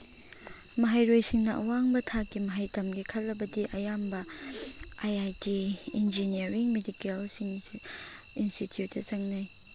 ꯃꯍꯩꯔꯣꯏꯁꯤꯡꯅ ꯑꯋꯥꯡꯕ ꯊꯥꯛꯀꯤ ꯃꯍꯩ ꯇꯝꯒꯦ ꯈꯜꯂꯕꯗꯤ ꯑꯌꯥꯝꯕ ꯑꯥꯏ ꯑꯥꯏ ꯇꯤ ꯏꯟꯖꯤꯅ꯭ꯌꯥꯔꯤꯡ ꯃꯦꯗꯤꯀꯦꯜꯁꯤꯡꯁꯨ ꯏꯟꯁꯇꯤꯇꯌꯨꯠꯇ ꯆꯪꯅꯩ